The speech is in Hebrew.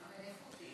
אבל איכותי, תודה.